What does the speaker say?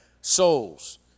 Souls